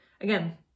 again